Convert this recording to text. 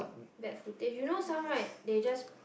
bad footage you know some right they just